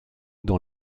dans